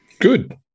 Good